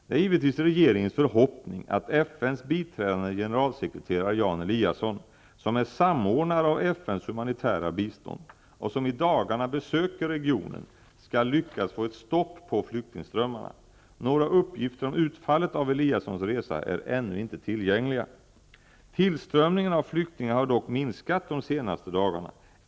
Det är givetvis regeringens förhoppning att FN:s biträdande generalsekreterare Jan Eliasson, som är samordnare av FN:s humanitära bistånd och som i dagarna besöker regionen, skall lyckas få ett stopp på flyktingströmmarna. Några uppgifter om utfallet av Eliassons resa är ännu inte tillgängliga. Tillströmningen av flyktingar har dock minskat de senaste dagarna.